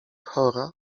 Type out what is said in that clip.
chora